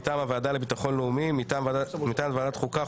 מטעם הוועדה לביטחון לאומי ומטעם ועדת החוקה,